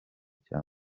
cya